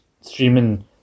streaming